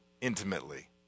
intimately